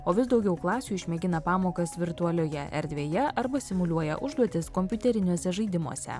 o vis daugiau klasių išmėgina pamokas virtualioje erdvėje arba simuliuoja užduotis kompiuteriniuose žaidimuose